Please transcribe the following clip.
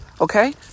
Okay